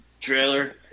trailer